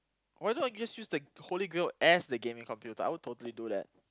why not just use the holy grail as the gaming computer I would totally do that